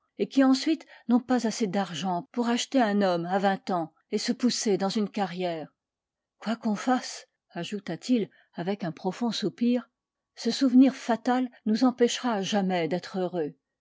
et qui ensuite n'ont pas assez d'argent pour acheter un homme à vingt ans et se pousser dans une carrière quoi qu'on fasse ajouta-t-il avec un profond soupir ce souvenir fatal nous empêchera à jamais d'être heureux